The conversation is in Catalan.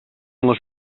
les